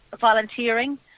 volunteering